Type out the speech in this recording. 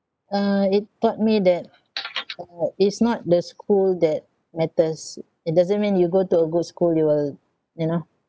uh it taught me that uh it's not the school that matters it doesn't mean you go to a good school you will you know